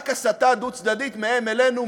רק הסתה דו-צדדית מהם אלינו,